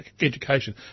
Education